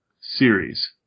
Series